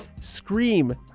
scream